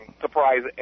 surprise